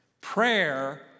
Prayer